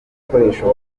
bikoresho